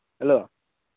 hello